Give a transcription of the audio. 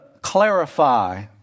clarify